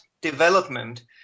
development